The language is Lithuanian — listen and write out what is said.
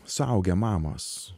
suaugę mamos